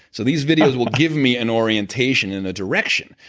so these videos will give me an orientation and a direction,